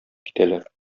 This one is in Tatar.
китәләр